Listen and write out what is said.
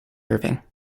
irving